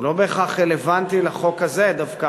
הוא לא בהכרח רלוונטי לחוק הזה דווקא,